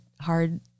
hard